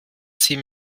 sie